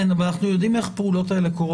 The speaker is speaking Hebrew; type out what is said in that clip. כן, אבל אנחנו יודעים איך קורות הפעולות האלה.